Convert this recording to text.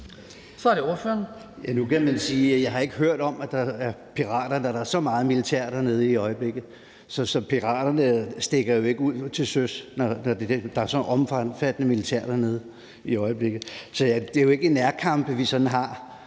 Nu kan man sige, at jeg ikke har hørt om, at der er pirater, når der er så meget militær dernede i øjeblikket. Piraterne stikker jo ikke ud til søs, når der er så omfattende militær dernede i øjeblikket. Så det er jo ikke nærkampe, vi har